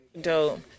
Dope